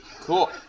Cool